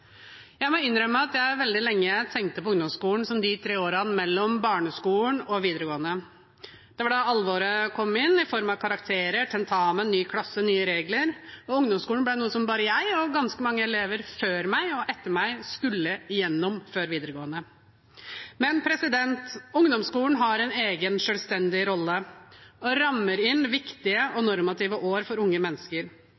da alvoret kom inn, i form av karakterer, tentamen, ny klasse, nye regler, og ungdomsskolen ble noe som jeg og ganske mange elever før og etter meg bare skulle gjennom før videregående. Men ungdomsskolen har en egen, selvstendig rolle og rammer inn viktige og